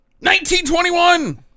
1921